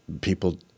people